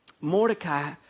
mordecai